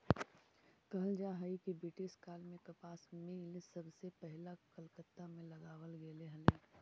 कहल जा हई कि ब्रिटिश काल में कपास मिल सबसे पहिला कलकत्ता में लगावल गेले हलई